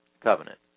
covenant